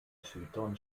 python